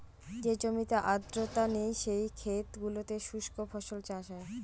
যে জমিতে আর্দ্রতা নেই, সেই ক্ষেত গুলোতে শুস্ক ফসল চাষ হয়